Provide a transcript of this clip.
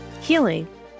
healing